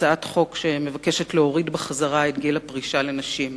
הצעת חוק שלי שמבקשת להוריד בחזרה את גיל הפרישה לנשים.